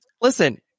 listen